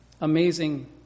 amazing